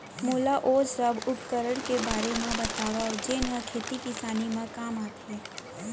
मोला ओ सब उपकरण के बारे म बतावव जेन ह खेती किसानी म काम आथे?